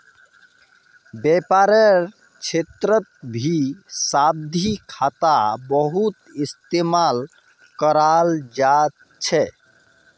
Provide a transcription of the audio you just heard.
व्यापारेर क्षेत्रतभी सावधि खाता बहुत इस्तेमाल कराल जा छे